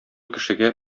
кешегә